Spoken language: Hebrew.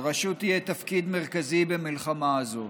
לרשות יהיה תפקיד מרכזי במלחמה הזאת.